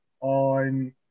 on